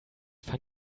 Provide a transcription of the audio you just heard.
fand